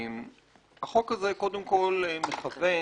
החוק הזה קודם כל מכוון